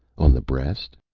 on the breast?